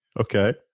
Okay